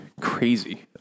crazy